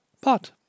But